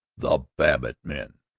the babbitt men!